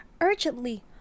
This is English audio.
urgently